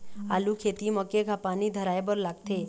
आलू खेती म केघा पानी धराए बर लागथे?